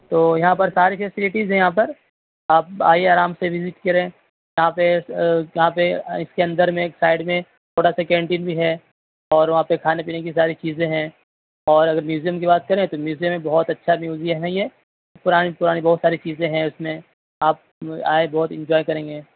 تو یہاں پر سارے فیسلٹیز ہیں یہاں پر آپ آئیے آرام سے وزٹ کریں یہاں پہ یہاں پہ اس کے اندر میں ایک سائڈ میں چھوٹا سا کینٹین بھی ہے اور وہاں پہ کھانے پینے کی ساری چیزیں ہیں اور اگر میوزیم کی بات کریں تو میوزیم بھی بہت اچھا میوزیم ہے یہ پرانی پرانی بہت ساری چیزیں ہیں اس میں آپ آئیں بہت انجوائے کریں گے